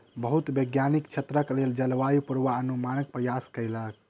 बहुत वैज्ञानिक क्षेत्रक लेल जलवायु पूर्वानुमानक प्रयास कयलक